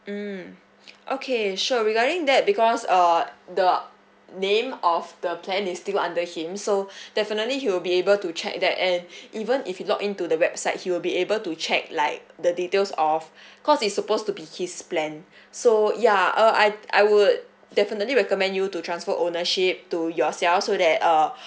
mm okay sure regarding that because uh the name of the plan is still under him so definitely he will be able to check that and even if he log in to the website he'll be able to check like the details of cause it's supposed to be his plan so ya uh I I would definitely recommend you to transfer ownership to yourself so that err